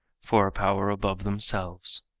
for a power above themselves.